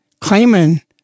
claiming